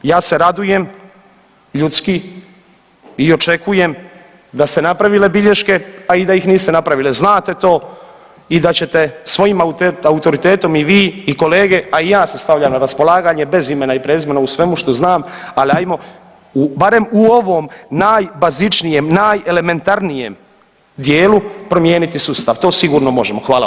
Ja se radujem ljudski i očekujem da ste napravile bilješke, a i da ih niste napravile, znate to i da ćete svojim autoritetom i vi i kolege, a i ja se stavljam na raspolaganje bez imena i prezimena u svemu što znam, al ajmo barem u ovom najbazičnijem, najelementarnijem dijelu promijeniti sustav, to sigurno možemo, hvala vam.